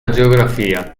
geografia